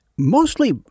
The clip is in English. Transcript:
Mostly